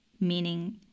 meaning